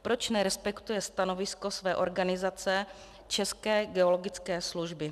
Proč nerespektuje stanovisko své organizace České geologické služby?